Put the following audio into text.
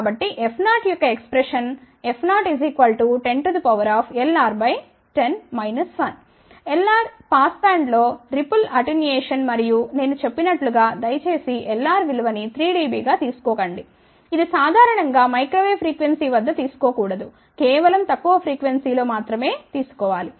కాబట్టి F0 యొక్క expression F010Lr 10 1 Lr pass బ్యాండ్లో రిపుల్ అటెన్యుయేషన్ మరియు నేను చెప్పినట్లు గా దయచేసి Lr విలువ ని 3 dB గా తీసుకోకండి ఇది సాధారణం గా మైక్రో వేవ్ ఫ్రీక్వెన్సీ వద్ద తీసుకోకూడదు కేవలం తక్కువ ఫ్రీక్వెన్సీ లో జరుగుతుంది